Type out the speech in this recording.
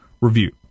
review